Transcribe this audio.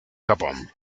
japón